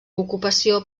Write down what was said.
ocupació